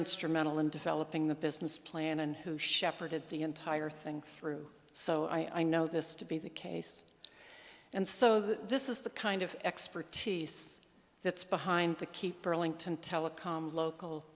instrumental in developing the business plan and who shepherded the entire thing through so i know this to be the case and so this is the kind of expertise that's behind the keep burlington telecom local